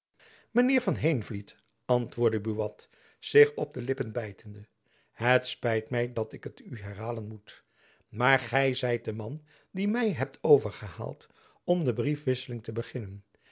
heer van heenvliet antwoordde buat zich op de lippen bijtende het spijt my dat ik het u herhalen moet maar gy zijt de man die my hebt overgehaald om de briefwisseling te beginnen